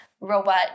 robot